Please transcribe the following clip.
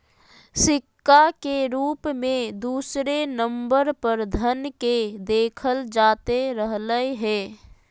सिक्का के रूप मे दूसरे नम्बर पर धन के देखल जाते रहलय हें